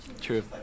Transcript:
True